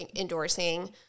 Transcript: endorsing